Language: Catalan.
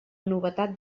novetat